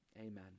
amen